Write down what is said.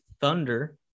Thunder